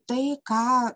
tai ką